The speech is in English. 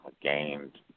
gained